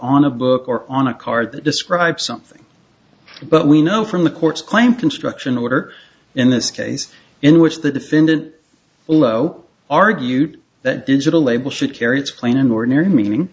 on a book or on a card that describes something but we know from the court's claim construction order in this case in which the defendant willow argued that digital label should carry it's clean and ordinary meaning